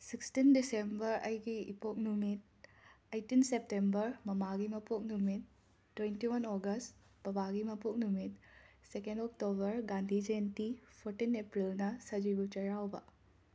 sixteen December ꯑꯩꯒꯤ ꯏꯄꯣꯛ ꯅꯨꯃꯤꯠ ꯑꯩꯇꯤꯟ ꯁꯦꯞꯇꯦꯝꯕꯔ ꯃꯃꯥꯒꯤ ꯃꯄꯣꯛ ꯅꯨꯃꯤꯠ ꯇꯣꯏꯟꯇꯤ ꯋꯥꯟ ꯑꯣꯒꯁ ꯕꯕꯥꯒꯤ ꯃꯄꯣꯛ ꯅꯨꯃꯤꯠ second October Gandhi Jayanti fourteen ꯑꯦꯄ꯭ꯔꯤꯜꯅ ꯁꯖꯤꯕꯨ ꯆꯦꯔꯥꯎꯕ